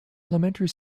elementary